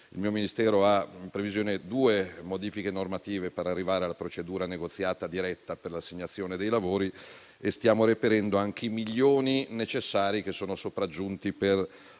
il mio Ministero ha in previsione due modifiche normative per arrivare alla procedura negoziata diretta per l'assegnazione dei lavori. Stiamo reperendo anche i milioni necessari che sono sopraggiunti per